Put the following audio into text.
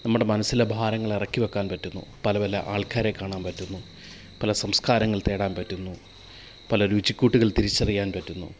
നമ്മുടെ മനസ്സിലെ ഭാരങ്ങൾ ഇറക്കി വെയ്ക്കാൻ പറ്റുന്ന പല പല ആൾക്കാരെ കാണാൻ പറ്റുന്നു പല സംസ്കാരങ്ങൾ തേടാൻ പറ്റുന്നു പല രുചികൂട്ടുകൾ തിരിച്ചറിയാൻ പറ്റുന്നു